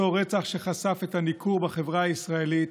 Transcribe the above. אותו רצח שחשף את הניכור בחברה הישראלית,